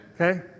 okay